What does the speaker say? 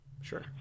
Sure